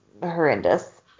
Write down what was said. horrendous